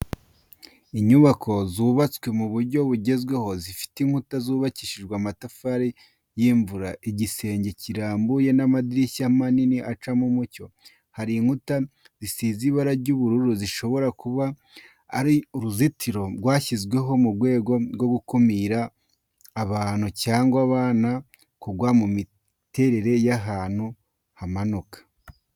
Inyubako zubatswe mu buryo bugezweho, zifite inkuta zubakishijwe amatafari y’imvura, igisenge kirambuye n’amadirishya manini acaho umucyo. Hari n’inkuta zisize ibara ry’ubururu zishobora kuba ari uruzitiro rwarashyizweho mu rwego rwo gukumira abantu cyangwa abana kugwa mu miterere y’ahantu hamanuka.